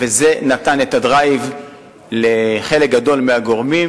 וזה נתן את ה-drive לחלק גדול מהגורמים,